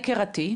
יקירתי.